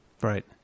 Right